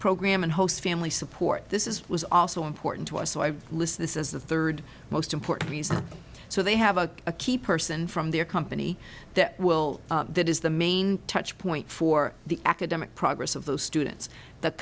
program and host family support this is was also important to us so i list this as the third most important reason so they have a key person from their company that will that is the main touch point for the academic progress of those students th